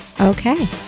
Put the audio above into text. Okay